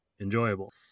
enjoyable